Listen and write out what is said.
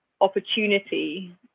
opportunity